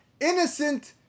innocent